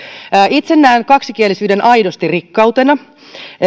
itse näen kaksikielisyyden aidosti rikkautena